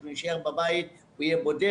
הוא יישאר בבית, הוא יהיה בודד.